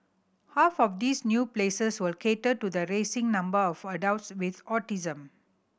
half of these new places will cater to the rising number of adults with autism